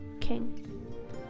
king